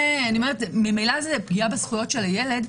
ממילא זה פגיעה בזכויות של הילד,